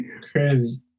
Crazy